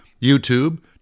YouTube